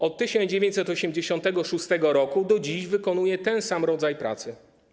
Od 1986 r. do dziś wykonuję ten sam rodzaj pracy.